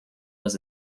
was